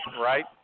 right